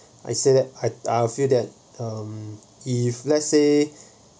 I said that I I feel that um if let's say